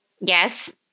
Yes